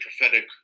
prophetic